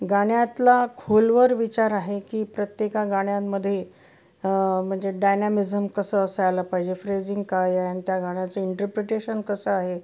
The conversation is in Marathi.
गाण्यातला खोलवर विचार आहे की प्रत्येक गाण्यांमध्ये म्हणजे डायनॅमिझम कसं असायला पाहिजे फ्रेझिंग काय आहे आणि त्या गाण्याचं इंटरप्रिटेशन कसं आहे